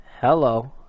hello